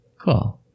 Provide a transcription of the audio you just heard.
Cool